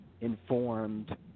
informed